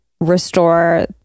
restore